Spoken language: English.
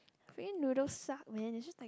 plain noodles suck man it's just like